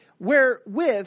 wherewith